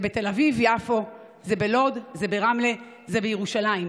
זה בתל אביב-יפו, זה בלוד, זה ברמלה, זה בירושלים.